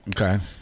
Okay